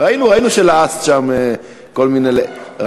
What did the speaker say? ראינו שלעסת שם כל מיני, מה זה?